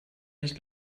nicht